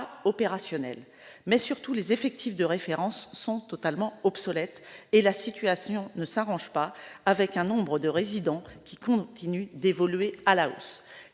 à ce jour. Mais, surtout, les effectifs de référence sont totalement obsolètes et la situation ne s'arrange pas, avec un nombre de résidents qui continue d'évoluer à la hausse.